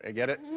ah get it.